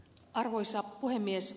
arvoisa puhemies